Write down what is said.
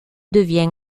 devient